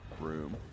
room